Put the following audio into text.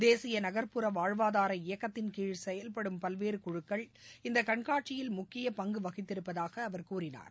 தேசிய நகர்ப்புற வாழ்வாதார இயக்கத்தின்கீழ் செயல்படும் பல்வேறு குழுக்கள் இந்த கண்காட்சியில் முக்கிய பங்கு வகித்திருப்பதாக அவர் கூறினார்